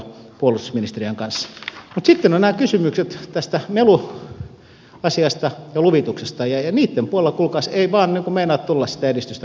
mutta sitten ovat nämä kysymykset tästä meluasiasta ja luvituksista ja niitten puolella kuulkaas ei vain meinaa tulla sitä edistystä millään